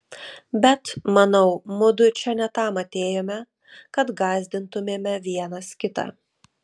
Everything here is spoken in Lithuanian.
bet manau mudu čia ne tam atėjome kad gąsdintumėme vienas kitą